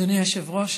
אדוני היושב-ראש,